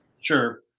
Sure